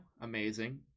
Amazing